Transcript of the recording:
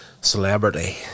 celebrity